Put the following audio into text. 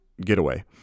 getaway